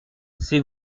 c’est